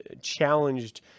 challenged